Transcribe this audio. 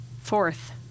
fourth